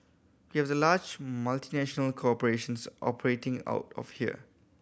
we have the large multinational corporations operating out of here